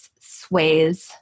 sways